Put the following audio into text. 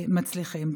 מצליחים.